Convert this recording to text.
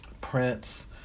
Prince